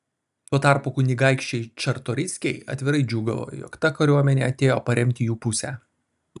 tuo tarpu kunigaikščiai čartoriskiai atvirai džiūgavo jog ta kariuomenė atėjo paremti jų pusę